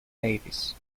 davis